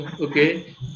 Okay